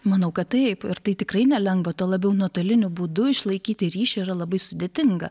manau kad taip ir tai tikrai nelengva tuo labiau nuotoliniu būdu išlaikyti ryšį yra labai sudėtinga